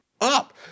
up